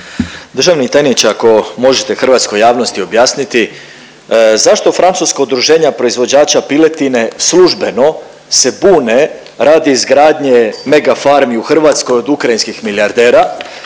Državni tajniče ako možete hrvatskoj javnosti objasniti zašto Francusko udruženje proizvođača piletine službeno se bune radi izgradnje megafarmi u Hrvatskoj od ukrajinskih milijardera?